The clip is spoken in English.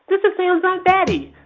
this is sam's aunt betty.